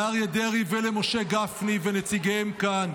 לאריה דרעי ולמשה גפני ונציגיהם כאן,